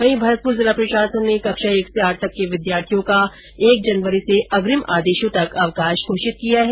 वहीं भरतपुर जिला प्रशासन ने कक्षा एक से आठ तक के विद्यार्थियों का एक जनवरी से अग्रिम आदेशों तक अवकाश घोषित किया है